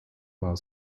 war